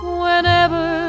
whenever